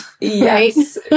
yes